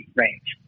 range